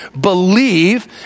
believe